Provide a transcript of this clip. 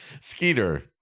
Skeeter